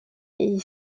est